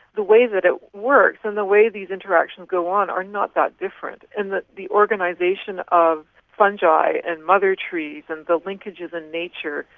the way that it works and the way these interactions go on are not that different, and that the organisation of fungi and mother trees and the linkages in nature,